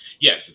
Yes